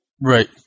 Right